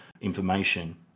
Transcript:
information